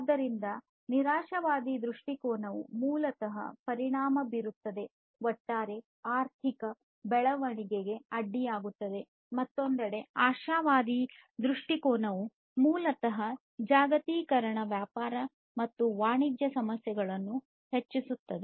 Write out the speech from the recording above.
ಆದ್ದರಿಂದ ನಿರಾಶಾವಾದಿ ದೃಷ್ಟಿಕೋನವು ಮೂಲತಃ ಪರಿಣಾಮ ಬೀರುತ್ತದೆ ಒಟ್ಟಾರೆ ಆರ್ಥಿಕ ಬೆಳವಣಿಗೆಗೆ ಅಡ್ಡಿಯಾಗುತ್ತದೆ ಮತ್ತೊಂದೆಡೆ ಆಶಾವಾದಿ ದೃಷ್ಟಿಕೋನವು ಮೂಲತಃ ಜಾಗತೀಕರಣದ ವ್ಯಾಪಾರ ಮತ್ತು ವಾಣಿಜ್ಯ ಸಮಸ್ಯೆಗಳನ್ನು ಹೆಚ್ಚಿಸುತ್ತದೆ